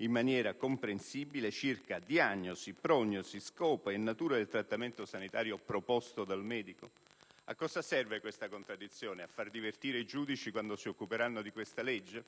in maniera comprensibile circa diagnosi, prognosi, scopo e natura del trattamento sanitario proposto dal medico? A cosa serve questa contraddizione ? A far divertire i giudici quando si occuperanno di questa legge?